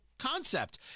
concept